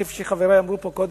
כפי שחברי אמרו פה קודם,